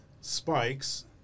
spikes